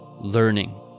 learning